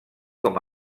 com